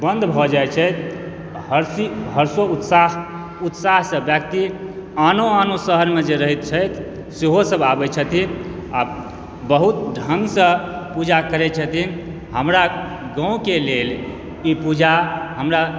बन्द भऽ जाइ छथि हरशि हर्षों उत्साह उत्साह से व्यक्ति आनो आनो शहर मे जे रहैत छथि सेहो सब आबै छथिन आ बहुत ढंग से पूजा करै छथिन हमरा गाँव के लेल ई पूजा हमरा